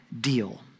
deal